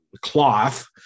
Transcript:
cloth